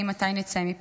מתי נצא מפה.